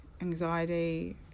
anxiety